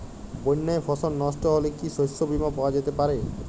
বন্যায় ফসল নস্ট হলে কি শস্য বীমা পাওয়া যেতে পারে?